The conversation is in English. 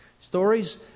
Stories